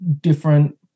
different